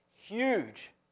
huge